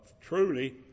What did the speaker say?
truly